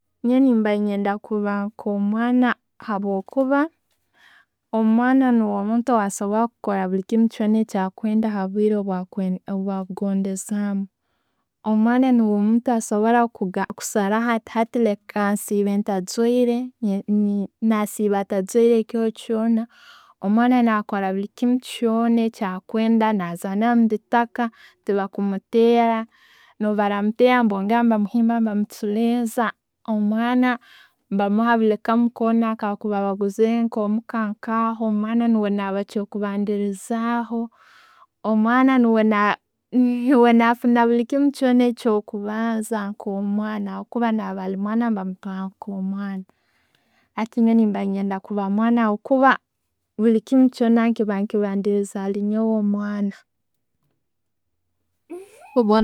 Nyowe nimba ninyenda kuba nka mwana habwokuba, Omwana nuwe muntu akusobora kukora bulikimu kyona habwire bwakwe bwakugondezamu. Omwana nuuwe muntu asobora kugamaba kusaramu ngu hati hati leka nsibe ntajwaire, nasiibaatajwaire kiro kyona. Omwana nakora bulikiimu kyona kyakwenda nazaana mu'bitaaka, tebakumuteera, nebaramutera, bongera bamuhimba bamuchureeza. Omwana nebamuha buli kamu koona kebakuba baguziire Muka nka aho, omwana na ba nke ekyo kubandilizaho, Omwana nuuwe nuwe nafuuna bulikimu kyoona kubanza nka omwana kuba nuwe omwana, nebamutwara nka omwana. Hati nyoowe nkwenda kuba omwana habwokuba bulikiimu kyona nekibandiza halinyoowe omwana.